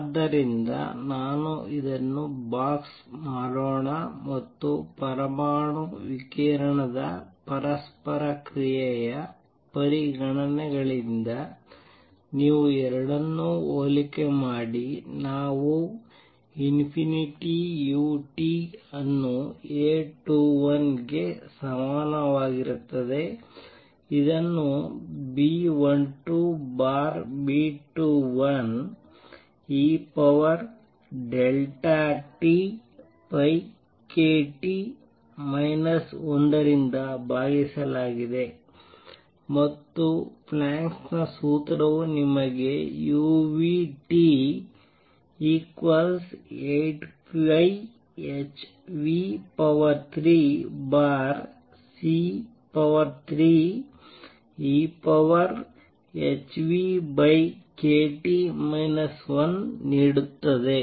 ಆದ್ದರಿಂದ ನಾನು ಇದನ್ನು ಬಾಕ್ಸ್ ಮಾಡೋಣ ಮತ್ತು ಪರಮಾಣು ವಿಕಿರಣದ ಪರಸ್ಪರ ಕ್ರಿಯೆಯ ಪರಿಗಣನೆಗಳಿಂದ ನೀವು ಎರಡನ್ನು ಹೋಲಿಕೆ ಮಾಡಿ ನಾವು ಯು T ಅನ್ನು A21 ಗೆ ಸಮನಾಗಿರುತ್ತದೆ ಇದನ್ನು B12 B21 eEkT 1 ರಿಂದ ಭಾಗಿಸಲಾಗಿದೆ ಮತ್ತು ಪ್ಲ್ಯಾಂಕ್ ನ ಸೂತ್ರವು ನಿಮಗೆ uT 8πh3c3ehνkT 1 ನೀಡುತ್ತದೆ